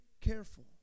careful